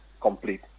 complete